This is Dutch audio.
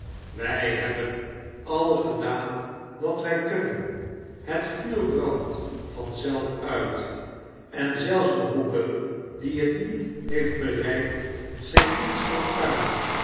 wij hebben al gedaan wat wij kunnen het vuur brandt van zelf uit en zelfs de hoeken die het niet heeft bereikt zijn niets dan pum